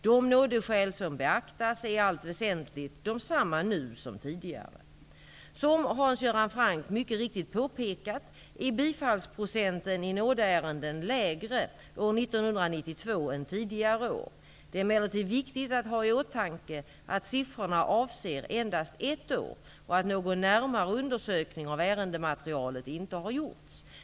De nådeskäl som beaktas är i allt väsentligt desamma nu som tidigare. Som Hans Göran Franck mycket riktigt påpekat är bifallsprocenten i nådeärenden lägre år 1992 än tidigare år. Det är emellertid viktigt att ha i åtanke att siffrorna avser endast ett år och att någon närmare undersökning av ärendematerialet inte har gjorts.